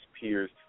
peers